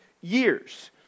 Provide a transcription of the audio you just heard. years